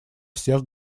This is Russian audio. всех